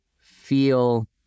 feel